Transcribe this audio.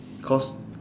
cause